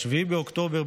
ב-7 באוקטובר,